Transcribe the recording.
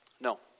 No